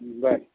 बरें